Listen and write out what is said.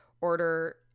order